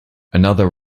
another